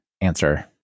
answer